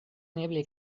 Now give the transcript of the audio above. neeble